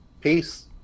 Peace